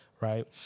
right